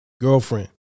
girlfriend